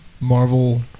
Marvel